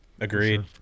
Agreed